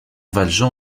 valjean